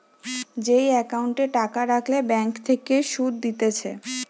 যে একাউন্টে টাকা রাখলে ব্যাঙ্ক থেকে সুধ দিতেছে